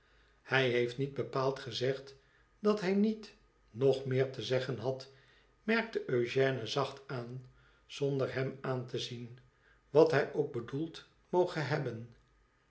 hij heeft niet bepaald gezegd dat hij niet nog meer te zeggen had merkte eugène zacht aan zonder hem aan te zien wat hij ook bedoeld moge hebben